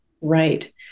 Right